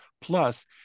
Plus